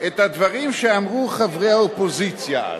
את הדברים שאמרו חברי האופוזיציה אז.